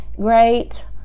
great